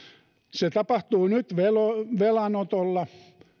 se tapahtuu nyt velanotolla